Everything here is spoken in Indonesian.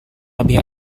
lebih